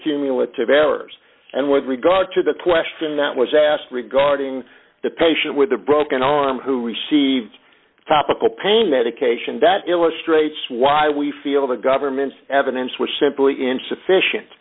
cumulative errors and with regard to the question that was asked regarding the patient with a broken arm who received topical pain medication that illustrates why we feel the government's evidence were simply insufficient